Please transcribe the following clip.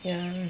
ya